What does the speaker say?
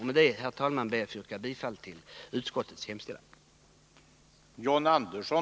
Med detta, herr talman, ber jag att få yrka bifall till utskottets hemställan.